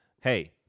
hey